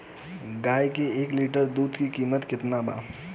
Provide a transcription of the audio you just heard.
गाय के एक लीटर दुध के कीमत केतना बा?